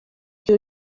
ibyo